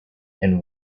and